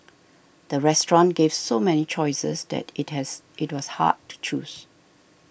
the restaurant gave so many choices that it has it was hard to choose